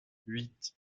huit